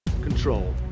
control